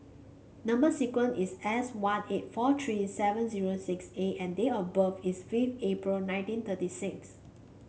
number sequence is S one eight four three seven zero six A and date of birth is fifth April nineteen thirty six